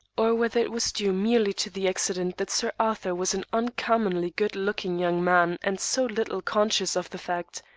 or whether it was due merely to the accident that sir arthur was an uncommonly good-looking young man and so little conscious of the fact,